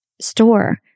store